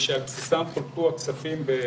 ושעל בסיסם חולקו הכספים ב-2020.